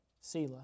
Selah